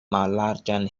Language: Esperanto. mallarĝan